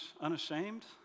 unashamed